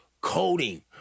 coding